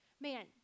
Man